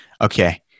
okay